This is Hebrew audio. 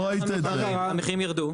המחירים ירדו.